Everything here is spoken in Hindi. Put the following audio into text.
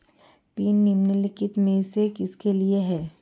पिन निम्नलिखित में से किसके लिए है?